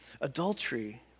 Adultery